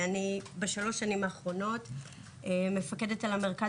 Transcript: ובשלוש השנים האחרונות אני מפקדת על המרכז